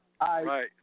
Right